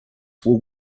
were